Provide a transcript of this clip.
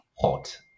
hot